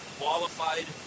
qualified